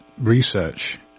research